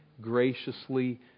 graciously